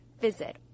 visit